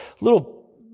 little